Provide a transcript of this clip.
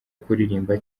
kuririmba